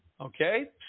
okay